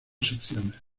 secciones